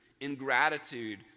ingratitude